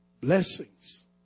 Blessings